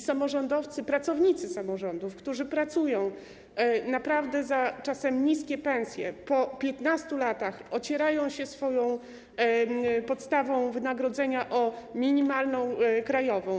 Samorządowcy, pracownicy samorządów, którzy pracują czasem naprawdę za niskie pensje, po 15 latach ocierają się swoją podstawą wynagrodzenia o minimalną krajową.